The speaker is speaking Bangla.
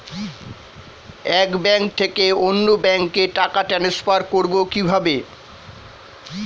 এক ব্যাংক থেকে অন্য ব্যাংকে টাকা ট্রান্সফার করবো কিভাবে?